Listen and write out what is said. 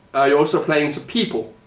you're also playing to people.